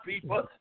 people